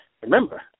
remember